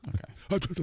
Okay